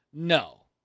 No